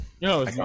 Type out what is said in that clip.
No